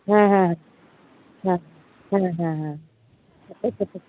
হ্যাঁ হ্যাঁ হ্যাঁ হ্যাঁ হ্যাঁ এটাই করবেন